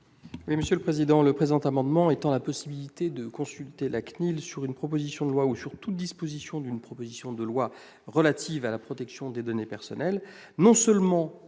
Le présent amendement vise à étendre la possibilité de consulter la CNIL sur une proposition de loi ou sur toute disposition d'une proposition de loi relative à la protection des données personnelles, déjà prévue